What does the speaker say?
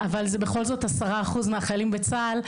אבל זה בכל זאת 10% מהחיילים בצה"ל.